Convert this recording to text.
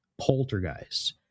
poltergeists